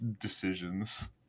decisions